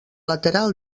lateral